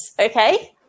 okay